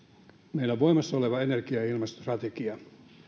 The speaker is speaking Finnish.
meidän voimassa oleva energia ja ilmastostrategia